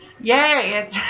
Yay